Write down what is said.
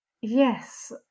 yes